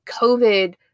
COVID